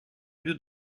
lieu